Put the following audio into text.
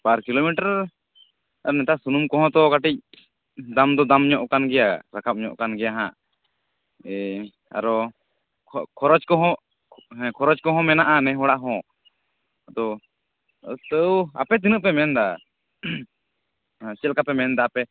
ᱵᱟᱨ kilometre ᱱᱮᱛᱟᱨ ᱥᱩᱱᱩᱢ ᱠᱚᱦᱚᱸ ᱛᱚ ᱠᱟᱹᱴᱤᱡ ᱫᱟᱢ ᱫᱚ ᱫᱟᱢ ᱧᱚᱜ ᱟᱠᱟᱱ ᱜᱮᱭᱟ ᱨᱟᱠᱟᱵ ᱧᱚᱜ ᱟᱠᱟᱱ ᱜᱮᱭᱟ ᱦᱟᱜ ᱟᱨᱚ ᱠᱷᱚᱨᱚᱡᱽ ᱠᱚᱦᱚᱸ ᱦᱮᱸ ᱠᱷᱚᱨᱚᱡᱽ ᱠᱚᱦᱚᱸ ᱢᱮᱱᱟᱜᱼᱟ ᱱᱮ ᱦᱚᱲᱟᱜ ᱦᱚᱸ ᱟᱫᱚ ᱛᱟᱹᱣ ᱟᱯᱮ ᱛᱤᱱᱟᱹᱜ ᱯᱮ ᱢᱮᱱᱮᱫᱟ ᱦᱮᱸ ᱪᱮᱫ ᱞᱮᱠᱟ ᱯᱮ ᱢᱮᱱᱮᱫᱟ ᱟᱯᱮ